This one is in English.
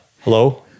Hello